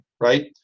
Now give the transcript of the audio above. right